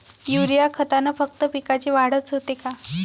Urea खतानं फक्त पिकाची वाढच होते का?